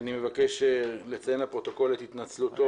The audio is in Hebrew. אני מבקש לציין לפרוטוקול את התנצלותו